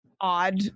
odd